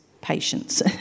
patience